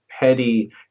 petty